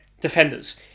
Defenders